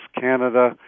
canada